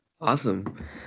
Awesome